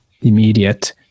immediate